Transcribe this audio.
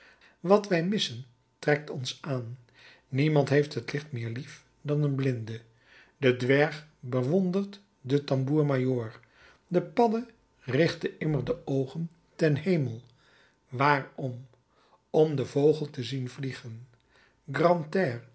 wat wij missen trekt ons aan niemand heeft het licht meer lief dan een blinde de dwerg bewondert den tamboer-majoor de padde richt immer de oogen ten hemel waarom om den vogel te zien vliegen